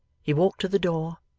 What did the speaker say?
he walked to the door,